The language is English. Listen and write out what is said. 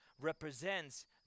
represents